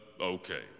okay